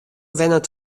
wennet